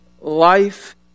life